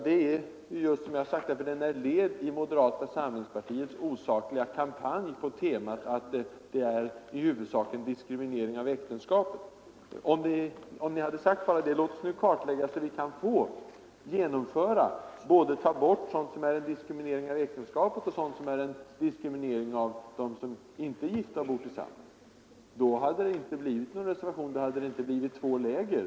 Som jag sade gör jag inte det, därför att den är ett led i moderata samlingspartiets osakliga kampanj på temat att vi här har att göra med en diskriminering av äktenskapet. Om ni i stället hade sagt: Låt oss kartlägga hela denna fråga, så att vi kan ta bort både sådant som innebär en diskriminering av äktenskapet och sådant som diskriminerar dem som bor tillsammans utan att vara gifta — ja, då hade det inte blivit någon reservation. Då hade det inte blivit två läger.